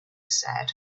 said